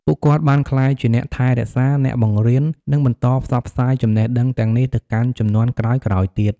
ពួកគាត់បានក្លាយជាអ្នកថែរក្សា អ្នកបង្រៀន និងបន្តផ្សព្វផ្សាយចំណេះដឹងទាំងនេះទៅកាន់ជំនាន់ក្រោយៗទៀត។